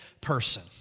person